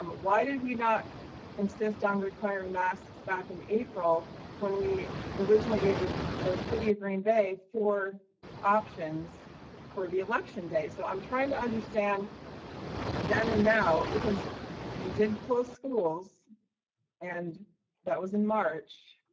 um why did we not insist on requiring masks back in april when we originally gave the the city of green bay four options for the election day? so, i'm trying to understand then and now, because we did close schools and that was in march.